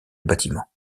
bâtiment